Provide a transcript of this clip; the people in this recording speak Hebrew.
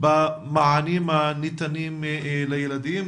במענים הניתנים לילדים.